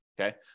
okay